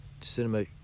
cinema